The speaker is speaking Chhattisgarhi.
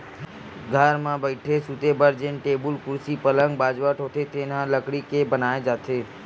घर म बइठे, सूते बर जेन टेबुल, कुरसी, पलंग, बाजवट होथे तेन ह लकड़ी के बनाए जाथे